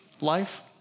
life